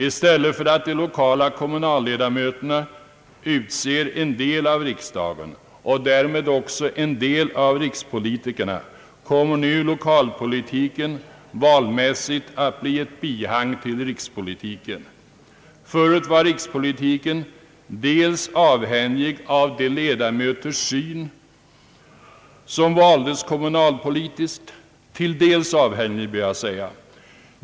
I stället för att kommunalmännen utser en del av riksdagen och därmed också en del av rikspolitikerna, kommer nu lokalpolitiken valmässigt att bli ett bihang till rikspolitiken. Förut var rikspolitiken till dels avhängig av de ledamöters syn, som valdes kommunalpolitiskt.